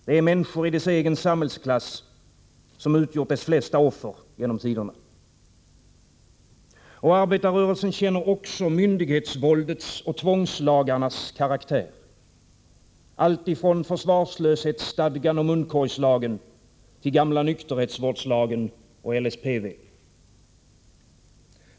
Det är människor i dess egen samhällsklass som utgjort dess flesta offer genom tiderna. Arbetarrörelsen känner också myndighetsvåldets och tvångslagarnas karaktär — alltifrån försvarslöshetsstadgan och munkorgslagen till den gamla nykterhetsvårdslagen och LSPV.